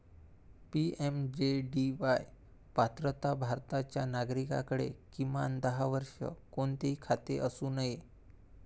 PMJDY पात्रता भारताच्या नागरिकाकडे, किमान दहा वर्षे, कोणतेही खाते असू नये